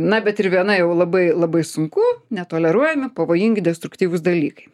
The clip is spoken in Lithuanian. na bet ir viena jau labai labai sunku netoleruojami pavojingi destruktyvūs dalykai